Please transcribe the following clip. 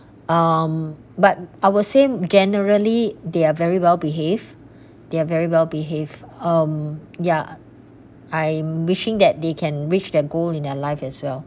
um but I will generally they are very well behave they are very well behave um ya I'm wishing that they can reach their goal in their life as well